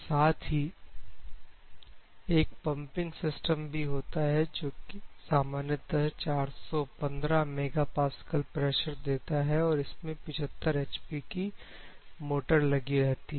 साथ ही एक पंपिंग सिस्टम भी होता है जो सामान्यतः 415 मेगापास्कल प्रेशर देता है और इसमें 75 HP की मोटर लगी रहती है